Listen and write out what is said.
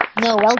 No